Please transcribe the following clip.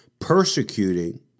persecuting